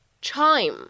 chime